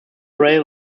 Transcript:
rail